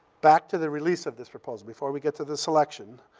back to the release of this proposal, before we get to the selection.